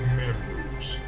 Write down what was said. members